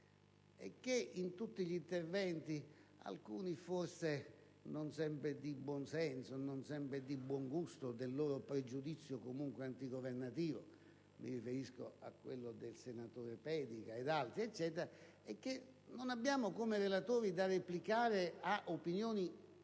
emerge in tutti gli interventi - alcuni forse non sempre di buon senso, non sempre di buon gusto nel loro pregiudizio antigovernativo (mi riferisco a quelli del senatore Pedica e di altri) - è che non abbiamo, come relatori, da replicare ad opinioni